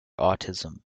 autism